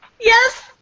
yes